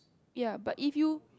ya but if you